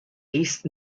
east